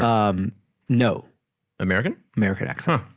um no american america dex huh